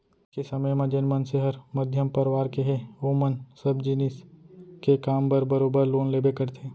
आज के समे म जेन मनसे हर मध्यम परवार के हे ओमन सब जिनिस के काम बर बरोबर लोन लेबे करथे